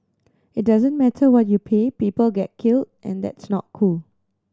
it doesn't matter what you pay people get killed and that's not cool